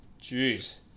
jeez